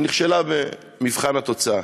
היא נכשלה במבחן התוצאה.